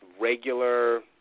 regular